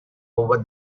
over